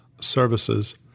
Services